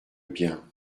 bien